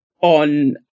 on